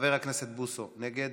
חבר הכנסת בוסו, נגד,